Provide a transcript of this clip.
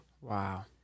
Wow